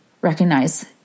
recognize